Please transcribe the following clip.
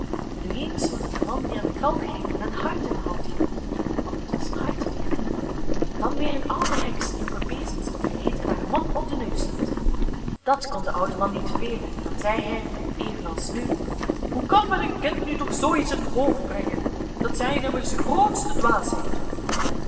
nu eens was het een man die aan een galg hing en een hart in de hand hield want het was een hartendief dan weer een oude heks die op een bezemstok reed en haar man op den neus had dat kon de oude man niet velen en dan zei hij evenals nu hoe kan men een kind nu toch zoo iets in het hoofd brengen dat zijn immers de grootste